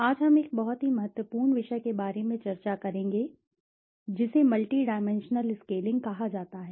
आज हम एक बहुत ही महत्वपूर्ण विषय के बारे में चर्चा करेंगे जिसे मल्टी डायमेंशनल स्केलिंग कहा जाता है